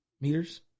meters